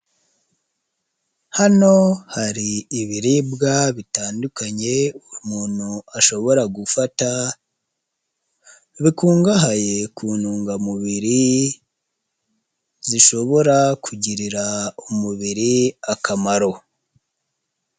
Hano hari ibiribwa bitandukanye umuntu ashobora gufata bikungahaye ku ntungamubiri zishobora kugirira umubiri akamaro.